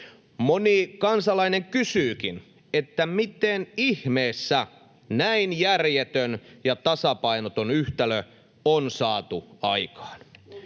Moni kansalainen kysyykin, miten ihmeessä näin järjetön ja tasapainoton yhtälö on saatu aikaan.